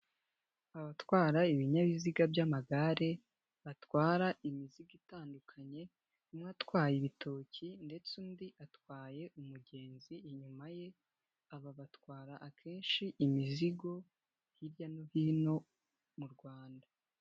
Abatwara ibinyabiziga by'amagare batwara imizigo itandukanye, umwe atwaye ibitoki ndetse undi atwaye umugenzi inyuma ye, aba batwara akenshi imizigo hirya no hino mu Rwanda.